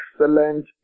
excellent